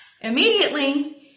Immediately